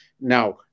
Now